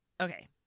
Okay